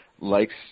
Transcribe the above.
likes